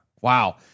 Wow